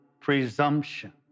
presumption